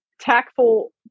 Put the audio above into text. tactful